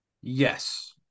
Yes